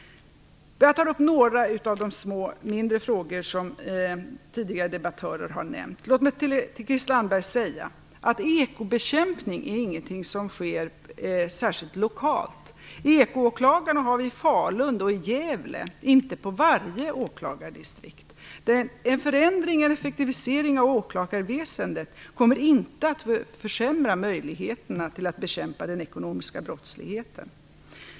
Jag tar upp några av de mindre frågor som tidigare debattörer har nämnt. Låt mig till Christel Anderberg säga att ekobekämpning inte är någonting som sker särskilt lokalt. Ekoåklagare har vi i Falun och i Gävle, inte i varje åklagardistrikt. En förändring och en effektivisering av åklagarväsendet kommer inte att försämra möjligheterna att bekämpa den ekonomiska brottsligheten.